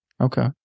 Okay